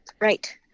right